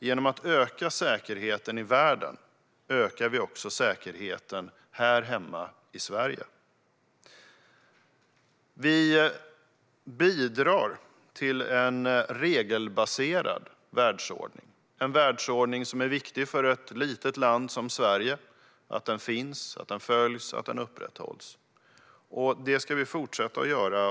Genom att öka säkerheten i världen ökar vi nämligen också säkerheten här hemma i Sverige. Vi bidrar till en regelbaserad världsordning. För ett litet land som Sverige är det viktigt att en sådan världsordning finns, att den följs och att den upprätthålls. Det ska vi fortsätta göra.